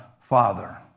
father